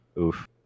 oof